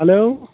hello